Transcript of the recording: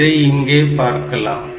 இதை இங்கே பார்க்கலாம்